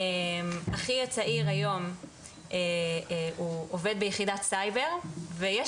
אחי הצעיר היום הוא עובד ביחידת סייבר ויש